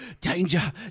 danger